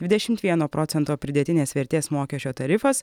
dvidešimt vieno procento pridėtinės vertės mokesčio tarifas